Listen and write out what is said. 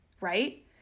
right